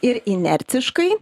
ir inertiškai